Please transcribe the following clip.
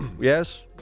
yes